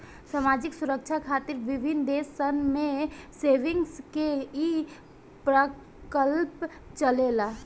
सामाजिक सुरक्षा खातिर विभिन्न देश सन में सेविंग्स के ई प्रकल्प चलेला